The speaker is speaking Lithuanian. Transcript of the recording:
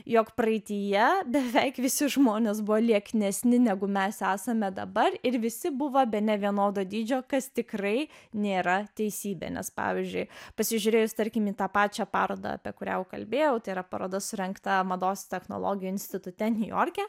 jog praeityje beveik visi žmonės buvo lieknesni negu mes esame dabar ir visi buvo bene vienodo dydžio kas tikrai nėra teisybė nes pavyzdžiui pasižiūrėjus tarkim į tą pačią parodą apie kurią kalbėjau tėra paroda surengta mados technologijų institute niujorke